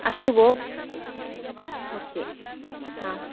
अस्तु भोः ओ के